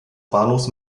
bahnhofs